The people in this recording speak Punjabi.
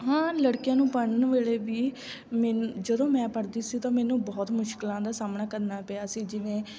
ਹਾਂ ਲੜਕਿਆਂ ਨੂੰ ਪੜ੍ਹਨ ਵੇਲੇ ਵੀ ਮਿਲ ਜਦੋਂ ਮੈਂ ਪੜ੍ਹਦੀ ਸੀ ਤਾਂ ਮੈਨੂੰ ਬਹੁਤ ਮੁਸ਼ਕਿਲਾਂ ਦਾ ਸਾਹਮਣਾ ਕਰਨਾ ਪਿਆ ਸੀ ਜਿਵੇਂ